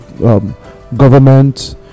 government